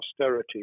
austerity